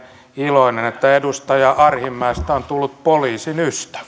iloinen siitä että edustaja arhinmäestä on tullut poliisin ystävä